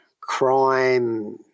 crime